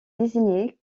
désigné